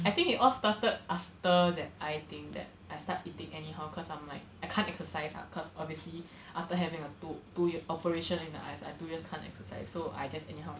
I think it all started after that eye thing that I start eating anyhow cause I'm like I can't exercise ah cause obviously after having a tw~ two operation in my eyes so I two years can't exercise so I just anyhow